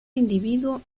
individuo